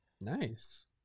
Nice